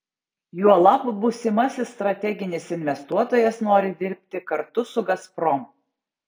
juolab būsimasis strateginis investuotojas nori dirbti kartu su gazprom